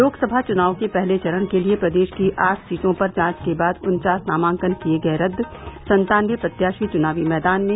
लोकसभा चुनाव के पहले चरण के लिए प्रदेश की आठ सीटों पर जांच के बाद उन्वास नामांकन किये गये रद्द सन्तानबे प्रत्याशी चुनावी मैदान में